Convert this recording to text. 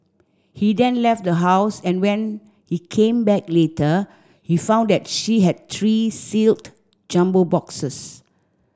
he then left the house and when he came back later he found that she had three sealed jumbo boxes